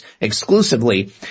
exclusively